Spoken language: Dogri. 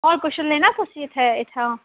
होर किश लैना तुसी इत्थें इत्थुआं